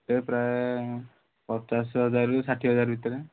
ସେ ପ୍ରାୟ ପଚାଶ ହଜାରରୁ ଷାଠିଏ ହଜାର ଭିତରେ